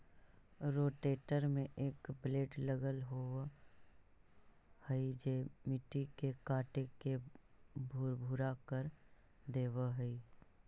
rotator में एक blade लगल होवऽ हई जे मट्टी के काटके भुरभुरा कर देवऽ हई